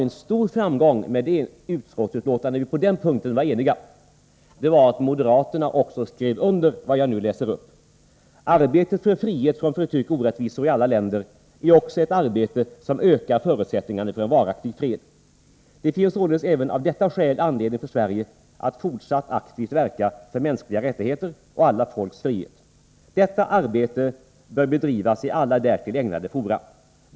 En stor framgång när det gäller det utskottsbetänkandet var att även moderaterna skrev under följande: ”Arbetet för frihet från förtryck och orättvisor i alla länder är också ett arbete som ökar förutsättningarna för en varaktig fred. Det finns således även av detta skäl anledning för Sverige att fortsatt aktivt verka för mänskliga rättigheter och alla folks frihet. Detta arbete bör bedrivas i alla därtill ägnade fora.